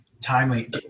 Timely